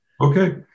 Okay